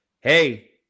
hey